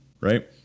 right